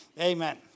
Amen